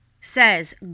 says